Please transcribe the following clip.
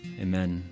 Amen